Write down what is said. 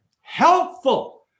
Helpful